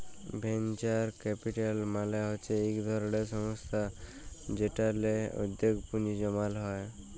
venture capital মালে হচ্যে ইক ধরলের সংস্থা যেখালে উদ্যগে পুঁজি জমাল হ্যয়ে